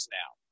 now